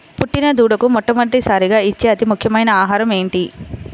పుట్టిన దూడకు మొట్టమొదటిసారిగా ఇచ్చే అతి ముఖ్యమైన ఆహారము ఏంటి?